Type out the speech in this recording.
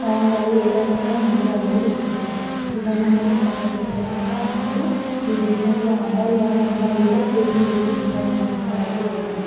strong అయ్యి ఏదానికైనా ముందు అడుగు వేస్తుంది ఇవన్నీ మనం సపోర్ట్ చేస్తే కనుక అమ్మాయిలు ఈ దేశంలో అబ్బాయిలు కాదు అమ్మాయిలు కూడా చేసి నిరూపిస్తారు అనే స్థాయికి వెళ్తారు